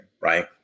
Right